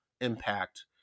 impact